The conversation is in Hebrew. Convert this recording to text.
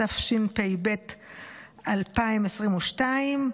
התשפ"ב 2022,